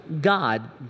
God